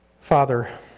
Father